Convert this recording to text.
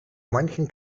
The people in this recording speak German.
manchem